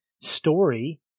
story